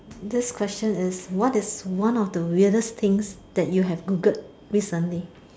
this question is what is one of the weirdest things that you have Googled recently